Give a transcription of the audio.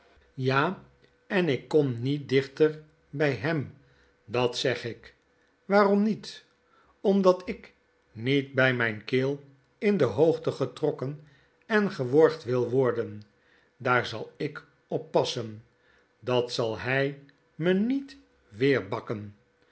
ja en ik kom niet dichter by hem dat zeg ik waarom niet omdat ik niet bij mijn keel in de hoogte getrokken en geworgd wil worden daar zau op passen dat zal kg me niet weer bakken